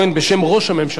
בשם ראש הממשלה.